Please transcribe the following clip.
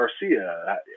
Garcia